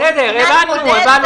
את זה הבנו.